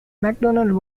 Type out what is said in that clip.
macdonald